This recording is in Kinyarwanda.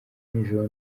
nijoro